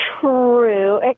True